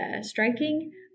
striking